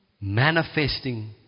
manifesting